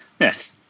Yes